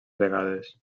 vegades